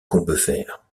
combeferre